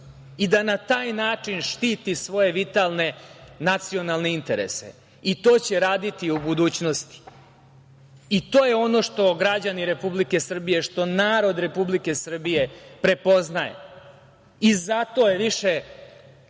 i da na taj način štiti svoje vitalne nacionalne interese, i to će raditi u budućnosti. To je ono što građani Republike Srbije, što narod Republike Srbije prepoznaje, i zato je više